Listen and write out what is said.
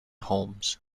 homes